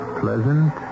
pleasant